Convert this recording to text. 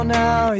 now